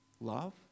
love